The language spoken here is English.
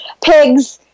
pigs